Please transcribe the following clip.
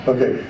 Okay